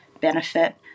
benefit